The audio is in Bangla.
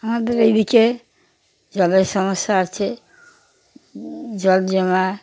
আমাদের এদিকে জলের সমস্যা আছে জল জমা